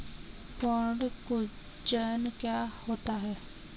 पर्ण कुंचन क्या होता है?